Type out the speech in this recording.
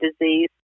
disease